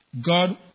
God